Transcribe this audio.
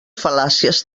fal·làcies